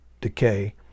decay